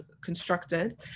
constructed